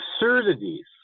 absurdities